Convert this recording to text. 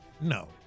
No